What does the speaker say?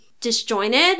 disjointed